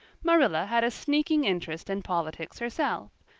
marilla had a sneaking interest in politics herself,